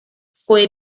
fue